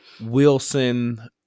Wilson